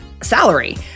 salary